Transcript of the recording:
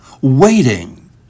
waiting